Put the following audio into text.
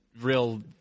real –